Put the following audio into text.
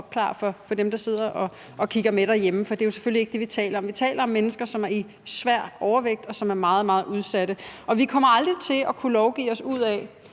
opklare det for dem, der sidder og kigger med derhjemme, for det er jo selvfølgelig ikke det, vi taler om. Vi taler om mennesker, som har svær overvægt, og som er meget, meget udsatte. Vi kommer aldrig til at kunne lovgive os ud af,